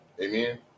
Amen